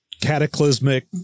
cataclysmic